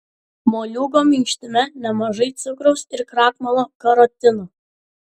moliūgo minkštime nemažai cukraus ir krakmolo karotino